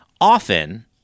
often